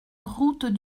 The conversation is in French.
route